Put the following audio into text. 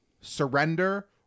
surrender